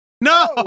no